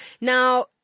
Now